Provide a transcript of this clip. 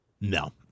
No